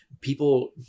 people